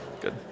Good